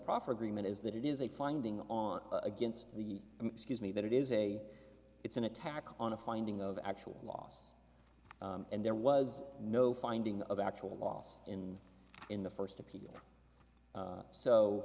proffer agreement is that it is a finding on against the excuse me that it is a it's an attack on a finding of actual loss and there was no finding of actual loss in in the first